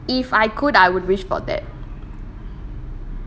if I could I would wish for that